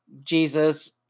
Jesus